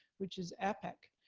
which is epic.